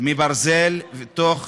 מברזל בתוך